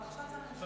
לא.